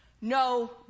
no